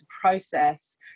process